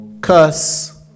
cuss